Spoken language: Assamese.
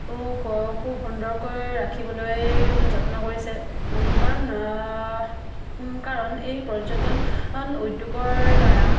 খুব সুন্দৰকৈ ৰাখিবলৈ যত্ন কৰিছে কাৰণ কাৰণ এই পৰ্যটন উদ্যোগৰ দ্বাৰা